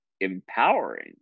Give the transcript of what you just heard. empowering